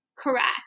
Correct